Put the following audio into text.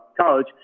college